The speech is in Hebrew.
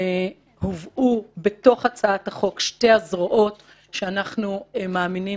הובאו בתוך הצעת החוק שתי הזרועות שאנחנו מאמינים